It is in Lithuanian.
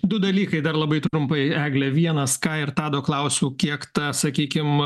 du dalykai dar labai trumpai egle vienas ką ir tado klausiau kiek ta sakykim